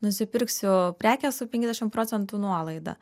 nusipirksiu prekę su penkiasdešimt procentų nuolaida